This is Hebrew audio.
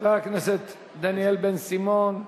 חבר הכנסת דניאל בן-סימון.